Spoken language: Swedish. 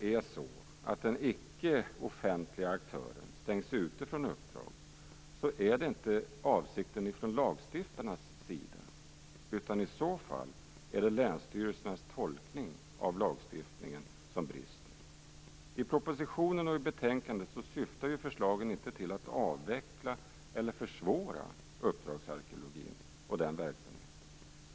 När och om den icke-offentliga aktören stängs ute från uppdraget är det i så fall inte avsikten från lagstiftarnas sida, utan det är då länsstyrelsernas tolkning av lagstiftningen som brister. I propositionen och i betänkandet syftar förslagen inte till att avveckla eller försvåra uppdragsarkeologin och den verksamheten.